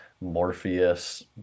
Morpheus